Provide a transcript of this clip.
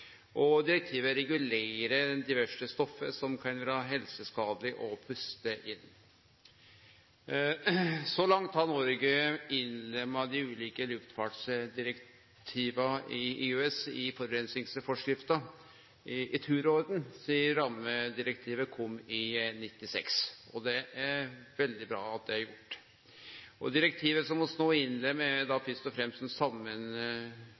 luftkvalitet. Direktivet regulerer diverse stoff som kan vere helseskadelege å puste inn. Så langt har Noreg i tur og orden innlemma dei ulike luftkvalitetsdirektiva i EØS i forureiningsforskrifta sidan rammedirektivet kom i 1996. Det er veldig bra at det er gjort. Direktivet som